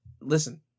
Listen